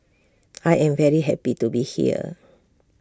I am very happy to be here